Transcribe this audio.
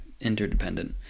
interdependent